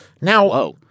Now